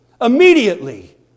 Immediately